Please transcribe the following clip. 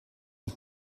ich